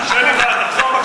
אני אחשוב על זה.